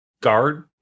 guard